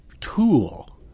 tool